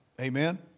Amen